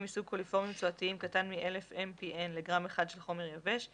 מסוג קוליפורמים צואתיים קטן מ-1,000 MPN לגרם אחד של חומר יבש,